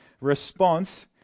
response